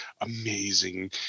amazing